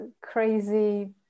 crazy